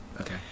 Okay